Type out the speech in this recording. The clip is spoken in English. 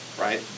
Right